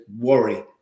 worry